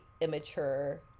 immature